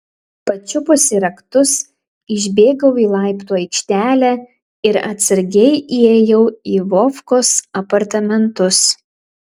pačiupusi raktus išbėgau į laiptų aikštelę ir atsargiai įėjau į vovkos apartamentus